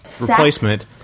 replacement